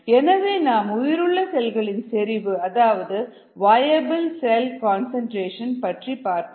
எனவே நாம் உயிருள்ள செல்களின் செறிவு அதாவது வயபிள் செல் கன்சன்ட்ரேஷன் பற்றி பார்ப்போம்